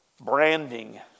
branding